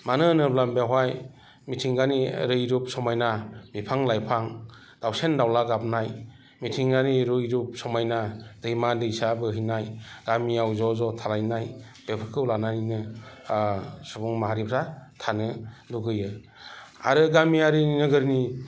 मानो होनोब्ला बेवहाय मिथिंगानि रैरुप समायना बिफां लाइफां दाउसिन दाउला गाबनाय मिथिंगानि रैरुप समायना दैमा दैसा बोहैनाय गामियाव ज'ज' थालायनाय बेफोरखौ लानानैनो सुबुं माहारिफ्रा थानो लुगैयो आरो गामियारिनि नोगोरनि